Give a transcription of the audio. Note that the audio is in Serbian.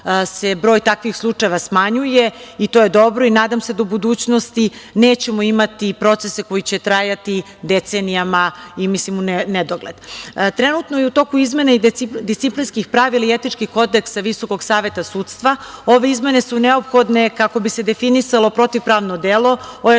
se broj takvih slučajeva smanjuje i to dobro. Nadam se da u budućnosti nećemo imati procese koji će trajati decenijama i u nedogled. Trenutno je u toku izmena disciplinskih pravila i etičkih kodeksa Visokog saveta sudstva. Ove izmene su neophodne kako bi se definisalo protivpravno delo, ojačali